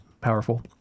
powerful